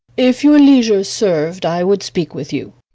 if your leisure served, i would speak with you.